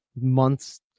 months